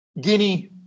guinea